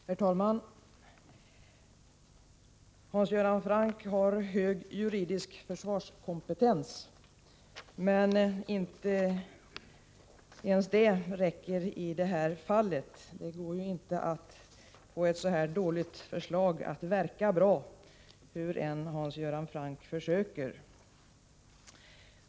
Herr talman! Hans Göran Franck har hög juridisk försvarskompetens, men inte ens det räcker i det här fallet. Det går inte att få ett så här dåligt förslag att verka bra — hur än Hans Göran Franck försöker.